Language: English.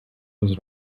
was